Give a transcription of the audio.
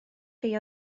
chi